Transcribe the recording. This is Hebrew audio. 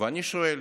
ואני שואל: